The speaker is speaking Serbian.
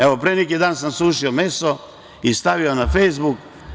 Evo, pre neki dan sam sušio meso i stavio na Fejsbuk.